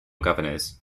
governors